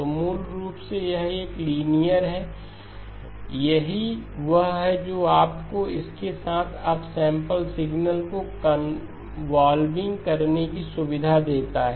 तो मूल रूप से यह एक लिनियर है यही वह है जो आपको इसके साथ अप सैंपल सिग्नल को कन्वोल्विंग करने की सुविधा देता है